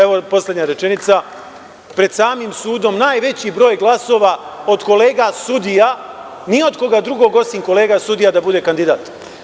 evo, poslednja rečenica, Pred samim sudom najveći broj glasova od kolega sudija, ni od koga drugog osim kolega sudija da bude kandidat.